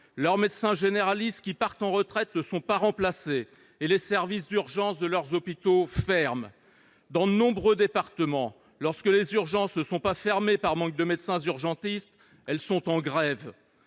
leurs médecins généralistes qui partent en retraite ne sont pas remplacés et les services d'urgence de leurs hôpitaux ferment. Dans de nombreux départements, lorsque les urgences ne sont pas fermées par manque de médecins urgentistes, leur personnel est en grève